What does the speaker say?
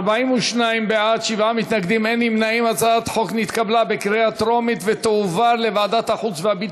ההצעה להעביר את הצעת חוק עיטורי הוקרה לאזרחים שפעלו לטובת מדינת